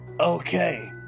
Okay